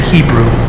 Hebrew